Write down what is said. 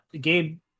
gabe